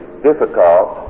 Difficult